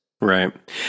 Right